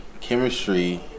chemistry